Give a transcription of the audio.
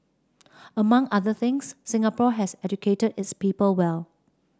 among other things Singapore has educated its people well